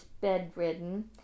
bedridden